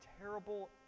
terrible